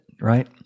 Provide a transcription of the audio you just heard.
right